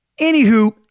Anywho